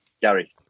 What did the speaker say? Gary